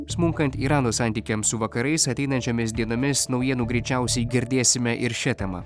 smunkant irano santykiams su vakarais ateinančiomis dienomis naujienų greičiausiai girdėsime ir šia tema